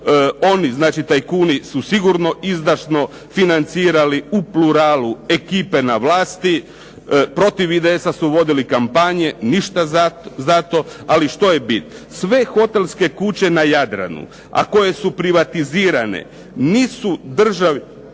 slučajno, tajkuni su sigurno izdašno financirali u pluralu ekipe na vlasti, protiv IDS-a su vodili kampanje, ništa zato. Ali što je bit? Sve hotelske kuće na Jadranu, a koje su privatizirane nisu državi